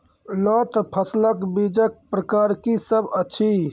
लोत फसलक बीजक प्रकार की सब अछि?